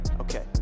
okay